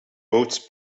roads